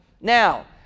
Now